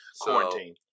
quarantine